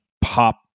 pop